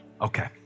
Okay